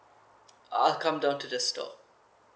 I'll come down to the store